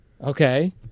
Okay